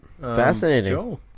Fascinating